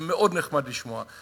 זה מאוד נחמד לשמוע,